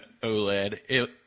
OLED